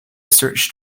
search